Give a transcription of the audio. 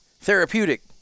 therapeutic